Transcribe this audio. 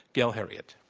gail heriot.